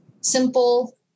simple